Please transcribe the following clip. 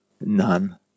None